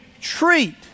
treat